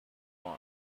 line